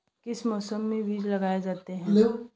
किस मौसम में बीज लगाए जाते हैं?